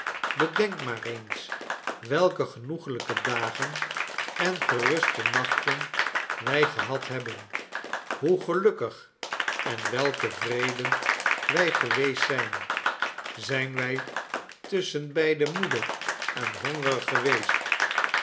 bedenk maar eens welke genoeglijke dagen en geruste nachten wij gehad hebben hoe gelukkig en weltevreden wij geweest zijn zijn wij tusschenbeide moede en hongerig geweest